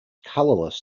colorless